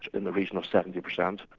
in the region of seventy percent,